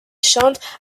chante